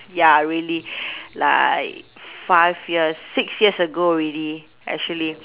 ya really like five year six years ago already actually